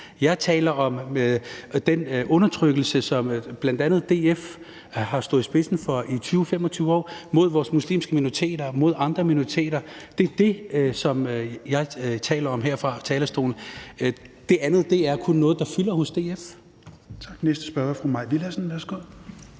Jeg taler om den undertrykkelse, som bl.a. DF har stået i spidsen for i 20-25 år, af vores muslimske minoriteter, af andre minoriteter. Det er det, som jeg taler om her fra talerstolen. Det andet er kun noget, der fylder hos DF.